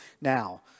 now